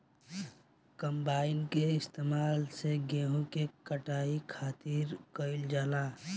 combine के इस्तेमाल से गेहूँ के कटाई खातिर कईल जाला